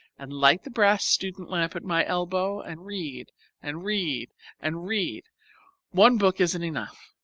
and light the brass student lamp at my elbow, and read and read and read one book isn't enough.